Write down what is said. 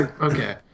Okay